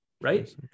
Right